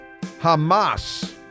Hamas